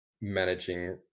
managing